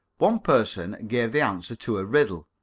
one person gave the answer to a riddle,